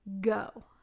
Go